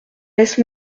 laisse